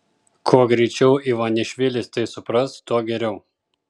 kuo greičiau ivanišvilis tai supras tuo geriau